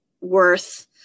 worth